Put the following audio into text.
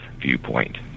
viewpoint